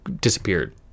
disappeared